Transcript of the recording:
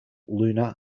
lunar